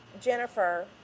Jennifer